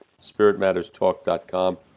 spiritmatterstalk.com